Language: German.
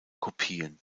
kopien